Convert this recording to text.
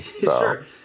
Sure